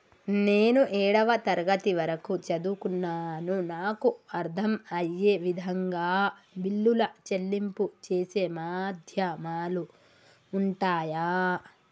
నేను ఏడవ తరగతి వరకు చదువుకున్నాను నాకు అర్దం అయ్యే విధంగా బిల్లుల చెల్లింపు చేసే మాధ్యమాలు ఉంటయా?